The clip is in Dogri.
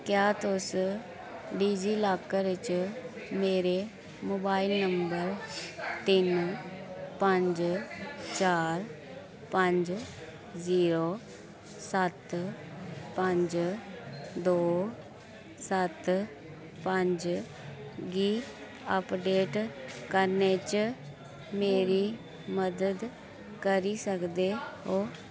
क्या तुस डिजीलाकर च मेरे मोबाइल नंबर तिन्न पंज चार पंज जीरो सत्त पंज दो सत्त पंज गी अपडेट करने च मेरी मदद करी सकदे ओ